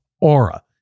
Aura